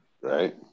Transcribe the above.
Right